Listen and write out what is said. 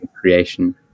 creation